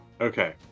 okay